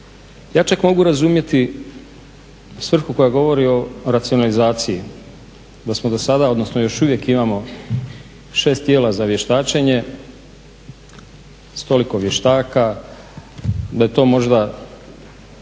Ja čak mogu razumjeti svrhu koja govori o racionalizaciji. Da smo dosada, odnosno još uvijek imamo 6 tijela za vještačenje, s toliko vještaka da je to možda